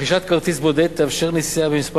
רכישת כרטיס בודד תאפשר נסיעה בכמה